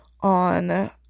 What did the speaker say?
on